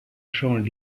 champ